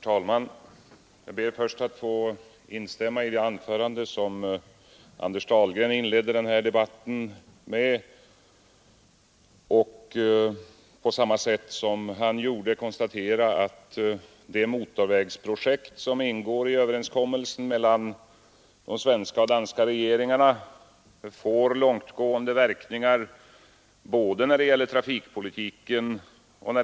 Herr talman! Jag ber först att få instämma i det anförande som Anders Dahlgren inledde debatten med och på samma sätt som han gjorde konstatera, att det motorvägsprojekt som ingår i överenskommelsen mellan de svenska och danska regeringarna får långtgående verkningar när det gäller både trafikpolitik och